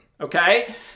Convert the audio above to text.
okay